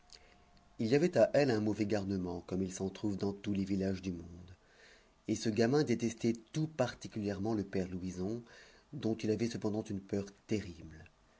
il y avait à l un mauvais garnement comme il s'en trouve dans tous les villages du monde et ce gamin détestait tout particulièrement le père louison dont il avait cependant une peur terrible